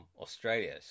Australia